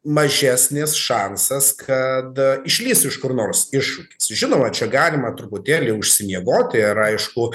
mažesnis šansas kad išlįs iš kur nors iššūkis žinoma čia galima truputėlį užsimiegoti ir aišku